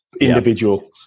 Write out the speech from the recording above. individual